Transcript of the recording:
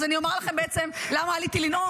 אני אומר לכם בעצם למה עליתי לנאום,